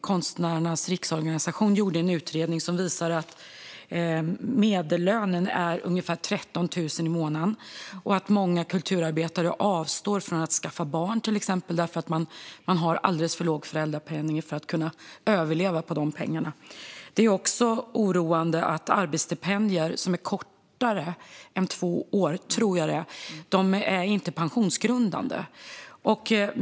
Konstnärernas Riksorganisation, KRO, gjorde en utredning som visade att medellönen är ungefär 13 000 i månaden och att många kulturarbetare till exempel avstår från att skaffa barn därför att de har alldeles för låg föräldrapenning för att det ska gå att överleva på den. Det är också oroande att arbetsstipendier som är kortare än två år - tror jag att det är - inte är pensionsgrundande.